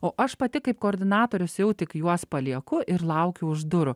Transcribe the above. o aš pati kaip koordinatorius jau tik juos palieku ir laukiu už durų